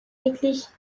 lediglich